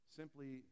simply